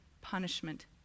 punishment